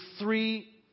three